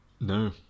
No